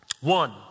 One